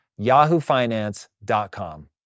yahoofinance.com